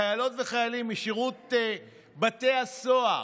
חיילות וחיילים משירות בתי הסוהר,